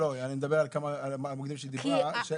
לא, אני מדברת על המוקדים שהיא דיברה עליהם.